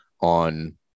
on